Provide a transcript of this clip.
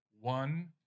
one